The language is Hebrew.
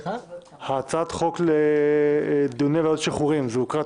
הצעת החוק לדיוני ועדת השחרורים הוקראה